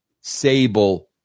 Sable